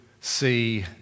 see